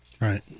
Right